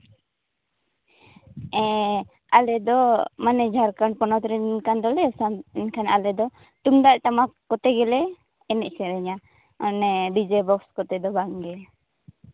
ᱦᱮᱸ ᱟᱞᱮ ᱫᱚ ᱢᱟᱱᱮ ᱡᱷᱟᱲᱠᱷᱚᱱ ᱯᱚᱱᱚᱛ ᱨᱮᱱ ᱠᱟᱱ ᱫᱚᱞᱮ ᱮᱱᱠᱷᱟᱱ ᱟᱞᱮ ᱫᱚ ᱛᱩᱢᱫᱟᱜ ᱴᱟᱢᱟᱠ ᱠᱚᱛᱮ ᱜᱮᱞᱮ ᱮᱱᱮᱡ ᱥᱮᱨᱮᱧᱟ ᱚᱱᱮ ᱰᱤᱡᱮ ᱵᱚᱠᱥ ᱠᱚᱛᱮ ᱫᱚ ᱵᱟᱝ ᱜᱮ